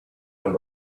and